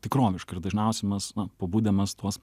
tikroviška ir dažniausiai mes na pabudę mes tuos